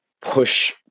push